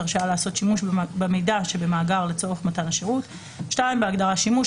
הרשאה לעשות שימוש במידע שבמאגר לצורך מתן השירות,"; (2)בהגדרה "שימוש",